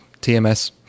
TMS